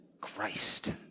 Christ